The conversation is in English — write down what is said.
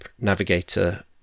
Navigator